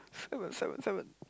seven seven seven